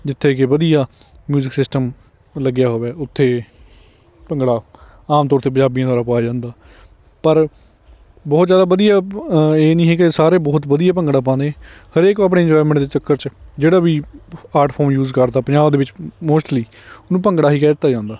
ਜਿੱਥੇ ਕਿ ਵਧੀਆ ਮਿਊਜ਼ਿਕ ਸਿਸਟਮ ਲੱਗਿਆ ਹੋਵੇ ਉੱਥੇ ਭੰਗੜਾ ਆਮ ਤੌਰ 'ਤੇ ਪੰਜਾਬੀਆਂ ਦੁਆਰਾ ਪਾਇਆ ਜਾਂਦਾ ਪਰ ਬਹੁਤ ਜ਼ਿਆਦਾ ਵਧੀਆ ਇਹ ਨਹੀਂ ਹੈ ਕਿ ਸਾਰੇ ਬਹੁਤ ਵਧੀਆ ਭੰਗੜਾ ਪਾਉਂਦੇ ਹਰੇਕ ਆਪਣੀ ਇੰਜੋਇਮੈਂਟ ਦੇ ਚੱਕਰ 'ਚ ਜਿਹੜਾ ਵੀ ਆਰਟ ਫੋਮ ਯੂਜ ਕਰਦਾ ਪੰਜਾਬ ਦੇ ਵਿੱਚ ਮੋਸਟਲੀ ਉਹਨੂੰ ਭੰਗੜਾ ਹੀ ਕਹਿ ਦਿੱਤਾ ਜਾਂਦਾ